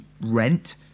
rent